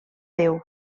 déu